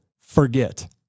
forget